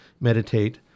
meditate